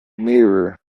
mirror